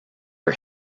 are